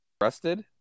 arrested